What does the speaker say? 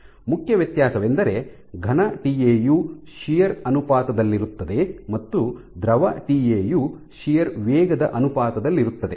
ಮುಖ್ಯ ವ್ಯತ್ಯಾಸವೆಂದರೆ ಘನ ಟಿಎಯು ಶಿಯರ್ ಅನುಪಾತದಲ್ಲಿರುತ್ತದೆ ಮತ್ತು ದ್ರವ ಟಿಎಯು ಶಿಯರ್ ವೇಗದ ಅನುಪಾತದಲ್ಲಿರುತ್ತದೆ